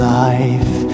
life